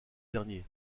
derniers